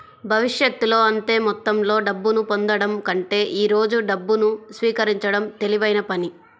భవిష్యత్తులో అంతే మొత్తంలో డబ్బును పొందడం కంటే ఈ రోజు డబ్బును స్వీకరించడం తెలివైన పని